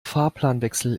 fahrplanwechsel